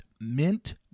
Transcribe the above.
Mint